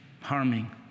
harming